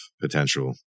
potential